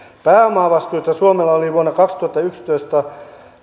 pääomavastuita suomella oli vuonna kaksituhattayksitoista